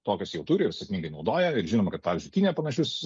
tokias jau turi ir sėkmingai naudoja ir žinoma kad pavyzdžiui kinija panašius